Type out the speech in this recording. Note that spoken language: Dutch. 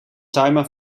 timer